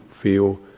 feel